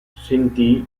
sentì